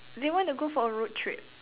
do you want to go for a road trip